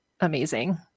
amazing